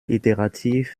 iterativ